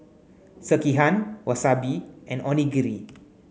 Sekihan Wasabi and Onigiri